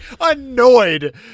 annoyed